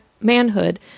manhood